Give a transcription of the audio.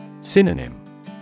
Synonym